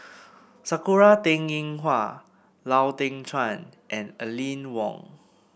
Sakura Teng Ying Hua Lau Teng Chuan and Aline Wong